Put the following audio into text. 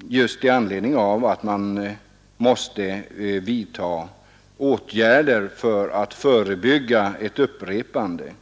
just i anledning av att man måste vidta åtgärder för att förebygga ett upprepande.